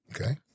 Okay